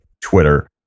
Twitter